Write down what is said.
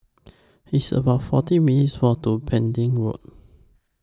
It's about forty minutes' Walk to Pending Road